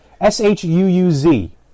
S-H-U-U-Z